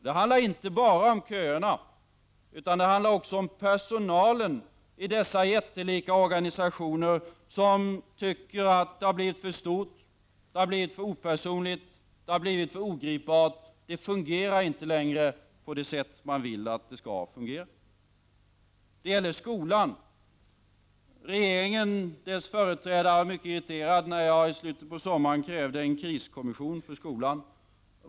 Det handlar inte bara om köerna, utan också om personalen i dessa enorma organisationer som ofta tycker att det har blivit för stort, för opersonligt och för ogripbart. Det fungerar inte längre på det sätt som man vill att det skall fungera. Ett annat område är skolan. Regeringens företrädare blev mycket irriterad när jag i slutet av sommaren krävde en kriskommission för skolan.